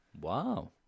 Wow